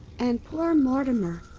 and poor mortimer.